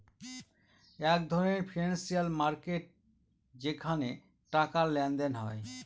এক ধরনের financial market যেখানে টাকার লেনদেন হয়